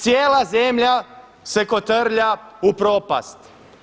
Cijela zemlja se kotrlja u propast.